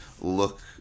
look